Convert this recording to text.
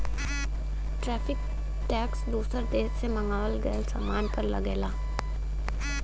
tariff tax दूसर देश से मंगावल गयल सामान पर लगला